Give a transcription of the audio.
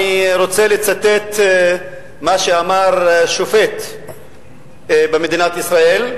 אני רוצה לצטט מה שאמר שופט במדינת ישראל,